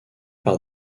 par